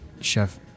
Chef